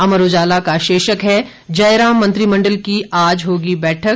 अमर उजाला का शीर्षक है जयराम मंत्रिमण्डल की आज होगी बैठक